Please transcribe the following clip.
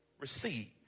receive